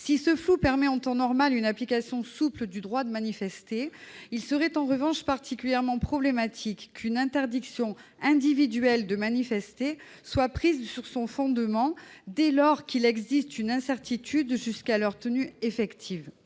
Si ce flou permet en temps normal une application souple du droit de manifester, il serait en revanche particulièrement problématique qu'une interdiction individuelle de manifester soit prise sur son fondement dès lors qu'il existe une incertitude jusqu'à la tenue effective